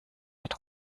mit